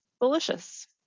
delicious